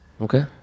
Okay